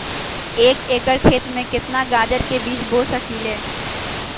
एक एकर खेत में केतना गाजर के बीज बो सकीं ले?